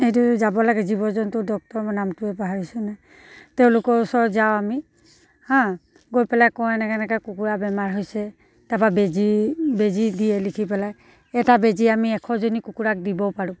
এইটো যাব লাগে জীৱ জন্তু ডক্টৰৰ মই নামটোৱে পাহৰিছোঁ নহয় তেওঁলোকৰ ওচৰত যাওঁ আমি হা গৈ পেলাই কওঁ এনেকৈ এনেকৈ কুকুৰা বেমাৰ হৈছে তাৰপৰা বেজী বেজী দিয়ে লিখি পেলাই এটা বেজী আমি এশজনী কুকুৰাক দিব পাৰোঁ